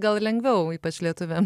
gal lengviau ypač lietuviam